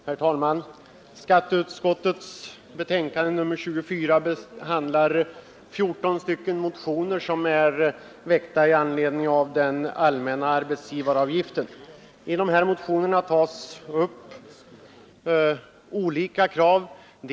Herr talman! Skatteutskottets betänkande nr 24 behandlar 14 motioner, som är väckta med anledning av den allmänna arbetsgivaravgiften. I dessa motioner tas olika krav upp.